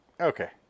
okay